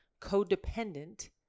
codependent